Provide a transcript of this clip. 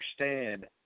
understand